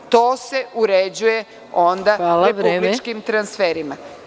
To se onda uređuje republičkim transferima.